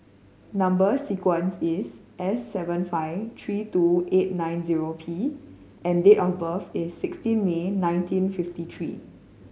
number sequence is S seven five three two eight nine zero P and date of birth is sixteen May nineteen fifty three